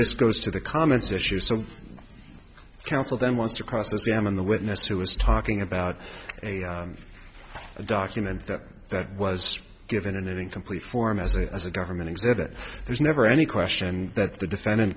this goes to the comments issues of counsel then wants to cross examine the witness who was talking about a document that was given an incomplete form as a as a government exhibit there's never any question that the defendant